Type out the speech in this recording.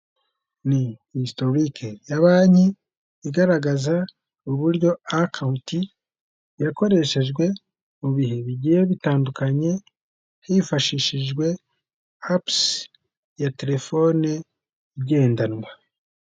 Ni hisotiroke ya banki igaragaza uburyo akawunti yakoreshejwe mu bihe bigiye bitandukanye, hifashishijwe hapusi ya telefone igendanwa.